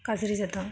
गाज्रि जादों